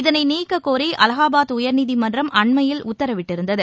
இதனைநீக்கக்கோரிஅலகாபாத் உயர்நீதிமன்றம் அண்மையில் உத்தரவிட்டிருந்தது